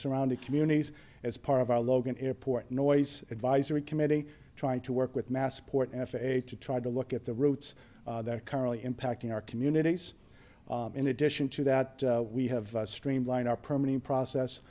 surrounding communities as part of our logan airport noise advisory committee trying to work with massport f a a to try to look at the routes that are currently impacting our communities in addition to that we have streamline our permanent process